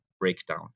breakdown